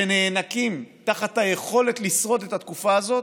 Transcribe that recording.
שנאנקים תחת היכולת לשרוד את התקופה הזאת.